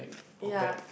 yea